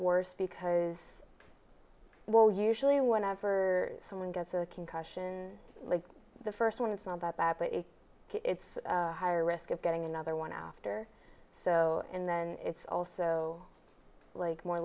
worse because well usually whenever someone gets a concussion like the first one it's not that bad but it's a higher risk of getting another one after so and then it's also like more